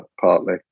partly